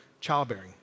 childbearing